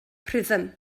rhythm